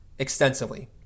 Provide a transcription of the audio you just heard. extensively